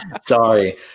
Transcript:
Sorry